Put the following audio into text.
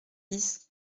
dix